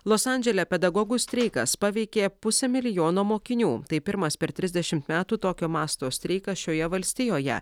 los andžele pedagogų streikas paveikė pusę milijono mokinių tai pirmas per trisdešimt metų tokio masto streikas šioje valstijoje